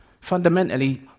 fundamentally